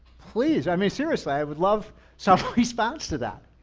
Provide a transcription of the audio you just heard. please, i mean, seriously, i would love some response to that.